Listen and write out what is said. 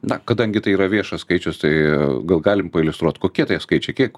na kadangi tai yra viešas skaičius tai gal galim pailiustruot kokie tai skaičiai kiek